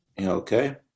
okay